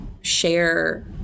share